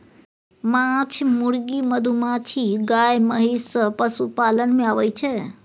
माछ, मुर्गी, मधुमाछी, गाय, महिष सब पशुपालन मे आबय छै